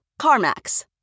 CarMax